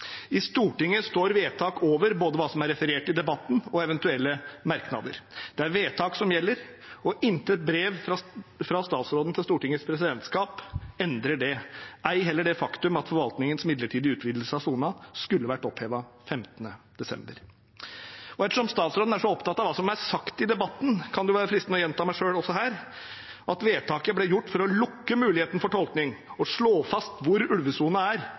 I Stortinget står vedtak over både hva som er referert i debatten, og eventuelle merknader. Det er vedtak som gjelder, og intet brev fra statsråden til Stortingets presidentskap endrer det, ei heller det faktum at forvaltningens midlertidige utvidelse av sonen skulle vært opphevet 15. desember. Ettersom statsråden er så opptatt av hva som er sagt i debatten, kan det være fristende å gjenta meg selv her – vedtaket ble gjort for å lukke muligheten for tolkning og slå fast hvor ulvesonen er,